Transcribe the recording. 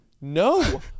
No